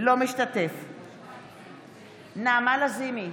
אינו משתתף בהצבעה נעמה לזימי,